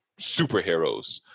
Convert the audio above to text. superheroes